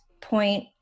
point